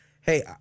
hey